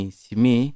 simi